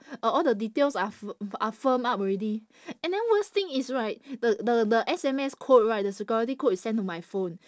uh all the details are fi~ are firm up already and then worst thing is right the the the S_M_S code right the security code right is send to my phone